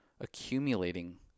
accumulating